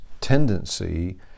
tendency